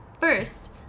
first